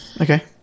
Okay